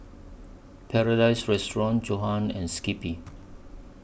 Paradise Restaurant Johan and Skippy